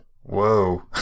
Whoa